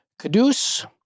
Caduce